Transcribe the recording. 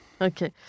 Okay